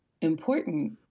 important